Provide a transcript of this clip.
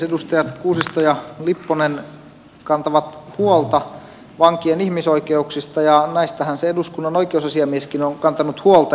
edustajat kuusisto ja lipponen kantavat huolta vankien ihmisoikeuksista ja näistähän se eduskunnan oikeusasiamieskin on kantanut huolta